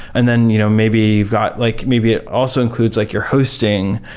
and then you know maybe you've got like maybe it also includes like your hosting.